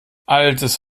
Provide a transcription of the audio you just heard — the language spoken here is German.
altes